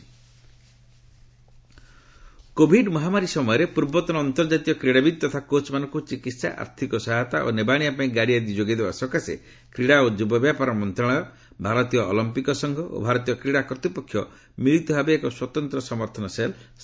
ସ୍କୋର୍ଟସ୍ Covid Covid ମହାମାରୀ ସମୟରେ ପୂର୍ବତନ ଅନ୍ତର୍ଜାତୀୟ କ୍ରୀଡ଼ାବିତ୍ ତଥା କୋଚ୍ମାନଙ୍କୁ ଚିକିହା ଆର୍ଥିକ ସହାୟତା ଓ ନେବାଆଶିବା ପାଇଁ ଗାଡ଼ି ଆଦି ଯୋଗାଇଦେବା ସକାଶେ କ୍ରୀଡ଼ା ଓ ଯୁବବ୍ୟାପାର ମନ୍ତ୍ରଣାଳୟ ଭାରତୀୟ ଅଲମ୍ପିକ ସଂଘ ଓ ଭାରତୀୟ କ୍ରୀଡ଼ା କର୍ତ୍ତ୍ୱପକ୍ଷ ମିଳିତ ଭାବେ ଏକ ସ୍ୱତନ୍ତ ସମର୍ଥନ ସେଲ୍ ସ୍ଥାପନ କରିଛନ୍ତି